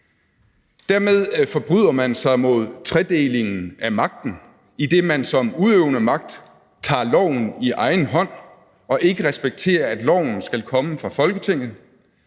Dermed forbryder man sig mod tredelingen af magten, idet man som udøvende magt tager loven i egen hånd og ikke respekterer, at loven skal komme fra Folketinget;